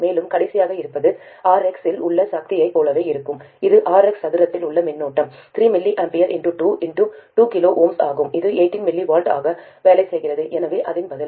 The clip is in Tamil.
மேலும் கடைசியாக இருப்பது Rx இல் உள்ள சக்தியைப் போலவே இருக்கும் இது Rx சதுரத்தில் உள்ள மின்னோட்டம் 2 2 kΩ ஆகும் இது 18 mW ஆக வேலை செய்கிறது எனவே அதுவே பதில்